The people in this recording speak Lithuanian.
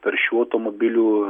taršių automobilių